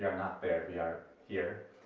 not there, we are here,